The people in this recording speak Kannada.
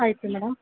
ಆಯಿತು ಮೇಡಮ್